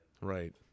Right